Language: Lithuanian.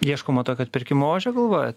ieškoma tokio atpirkimo ožio galvojat